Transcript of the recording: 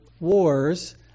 wars